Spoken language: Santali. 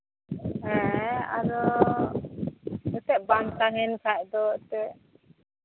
ᱦᱮᱸ ᱟᱫᱚ ᱡᱟᱛᱮᱜ ᱵᱟᱝ ᱛᱟᱦᱮᱱ ᱠᱷᱟᱡ ᱫᱚ ᱮᱱᱛᱮᱜ